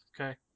Okay